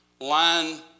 line